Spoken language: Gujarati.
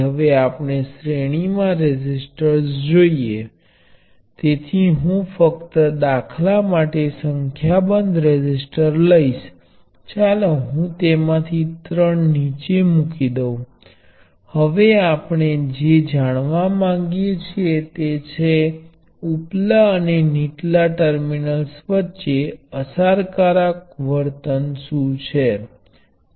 હવે આ શું છે તમે આ એલિમેન્ટો પરના વોલ્ટેજને જોઈ શકો છો જો તમે પહેલા બે એલિમેન્ટોને સમાવીને અહીં લૂપ બનાવો છો તો તમે સરળતાથી જોશો કે V1 V2 અને આ બે એલિમેન્ટો V2 V3 અને તેથી વધુ પણ હોઈ શકે કારણ કે તે બે ટર્મિનલ્સ વચ્ચે સમાન રીતે જોડાયેલા છે